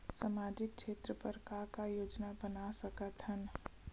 सामाजिक क्षेत्र बर का का योजना बना सकत हन?